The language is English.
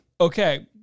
Okay